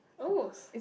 oh